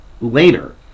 later